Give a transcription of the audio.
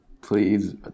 please